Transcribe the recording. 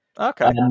Okay